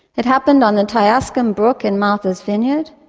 it happened on the tiasquam brook in martha's vineyard,